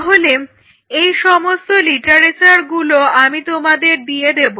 তাহলে এই সমস্ত লিটারেচারগুলো আমি তোমাদের দিয়ে দেব